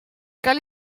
cal